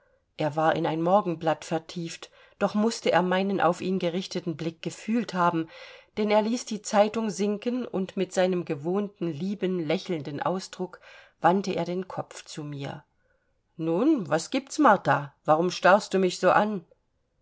er war in ein morgenblatt vertieft doch mußte er meinen auf ihn gerichteten blick gefühlt haben denn er ließ die zeitung sinken und mit seinem gewohnten lieben lächelnden ausdruck wandte er den kopf zu mir nun was gibt's martha warum starrst du mich so an